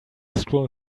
scroll